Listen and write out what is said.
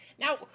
Now